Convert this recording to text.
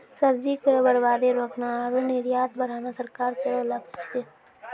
सब्जी केरो बर्बादी रोकना आरु निर्यात बढ़ाना सरकार केरो लक्ष्य छिकै